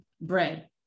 bread